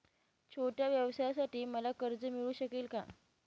छोट्या व्यवसायासाठी मला कर्ज मिळू शकेल का?